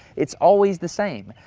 it's always the same.